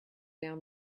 down